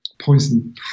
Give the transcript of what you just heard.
poison